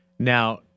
Now